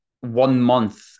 one-month